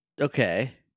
Okay